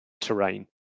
terrain